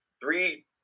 three